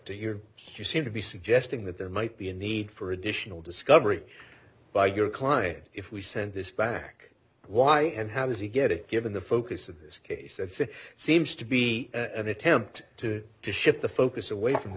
to your seem to be suggesting that there might be a need for additional discovery by your client if we send this back why and how does he get it given the focus of this case it seems to be an attempt to shift the focus away from the